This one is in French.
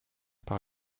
par